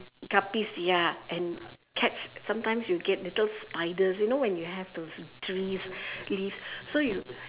guppies ya and catch sometimes you get little spiders you know when have those trees leaves so you